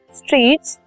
streets